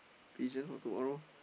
vision for tomorrow